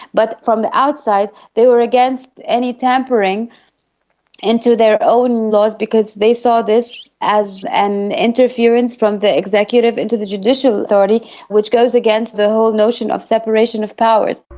but from the outside they were against any tampering into their own laws because they saw this as an interference from the executive into the judicial authority which goes against the whole notion of separation of powers.